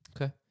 Okay